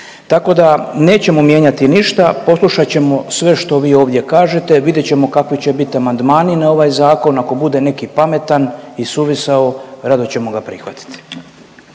Tako da nećemo mijenjati ništa, poslušat ćemo sve što vi ovdje kažete, vidjet ćemo kakvi će biti amandmani na ovaj zakon, ako bude neki pametan i suvisao rado ćemo ga prihvatiti.